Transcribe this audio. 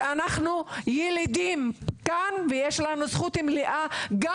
שאנחנו ילידים כאן ויש לנו זכות מלאה גם